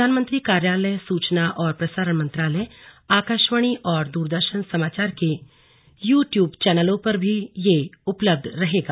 प्रधानमंत्री कार्यालय सूचना और प्रसारण मंत्रालय आकाशवाणी और दूरदर्शन समाचार के यू ट्यूब चैनलों पर भी यह उपलब्ध रहेगा